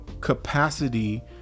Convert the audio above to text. capacity